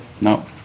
no